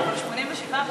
אבל 87,